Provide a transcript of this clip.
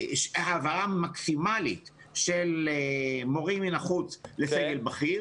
העברה מקסימלית של מורים מן החוץ לסגל הבכיר.